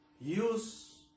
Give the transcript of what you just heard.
use